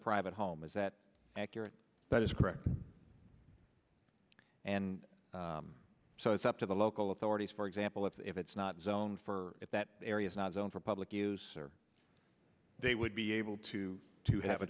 private home is that accurate that is correct and so it's up to the local authorities for example if it's not zoned for that area is not zoned for public use or they would be able to to have a